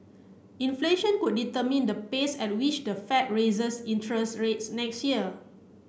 inflation could determine the pace at which the Fed raises interest rates next year